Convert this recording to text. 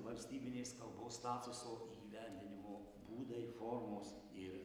valstybinės kalbos statuso įgyvendinimo būdai formos ir